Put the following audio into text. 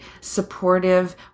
supportive